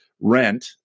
rent